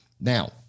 Now